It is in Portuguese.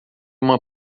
uma